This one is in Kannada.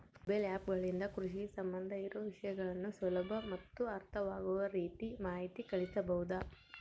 ಮೊಬೈಲ್ ಆ್ಯಪ್ ಗಳಿಂದ ಕೃಷಿಗೆ ಸಂಬಂಧ ಇರೊ ವಿಷಯಗಳನ್ನು ಸುಲಭ ಮತ್ತು ಅರ್ಥವಾಗುವ ರೇತಿ ಮಾಹಿತಿ ಕಳಿಸಬಹುದಾ?